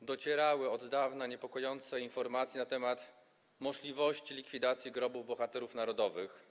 docierały od dawna niepokojące informacje na temat możliwości likwidacji grobów bohaterów narodowych.